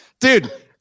Dude